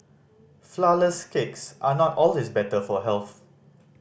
flourless cakes are not always better for health